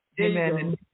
Amen